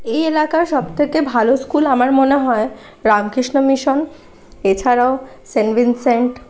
এই এলাকার সব থেকে ভালো স্কুল আমার মনে হয় রামকৃষ্ণ মিশন এছাড়াও সেন্ট ভিনসেন্ট